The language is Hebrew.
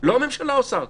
לא הממשלה עושה אותו.